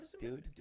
dude